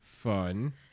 Fun